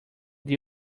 they